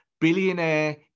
billionaire